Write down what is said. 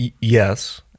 yes